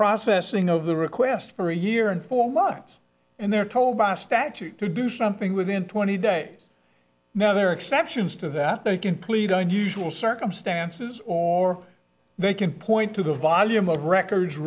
processing of the request for a year and four months and they're told by statute to do something within twenty days now there are exceptions to that they can plead unusual circumstances or they can point to the volume of records